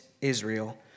Israel